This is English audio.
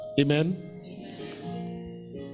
Amen